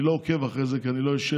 אני לא עוקב אחרי זה כי אני לא יושב,